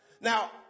Now